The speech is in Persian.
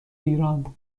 ایران